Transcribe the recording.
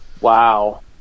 Wow